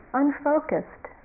unfocused